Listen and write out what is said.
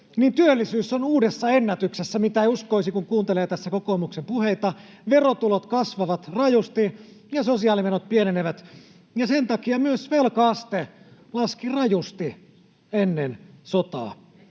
työllisyys on uudessa ennätyksessä, mitä ei uskoisi, kun kuuntelee tässä kokoomuksen puheita. Verotulot kasvavat rajusti ja sosiaalimenot pienenevät, ja sen takia myös velka-aste laski rajusti ennen sotaa.